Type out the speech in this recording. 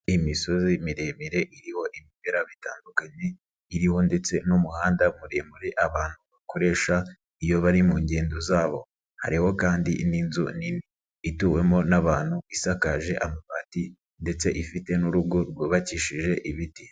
Imisozi miremire iriho ibimera bitandukanye iriho ndetse n'umuhanda muremure abantu bakoresha iyo bari mu ngendo zabo, hariho kandi n'inzu nini ituwemo n'abantu, isakaje amabati ndetse ifite n'urugo rwubakishije ibiti.